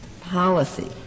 policy